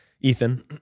Ethan